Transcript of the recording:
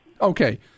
Okay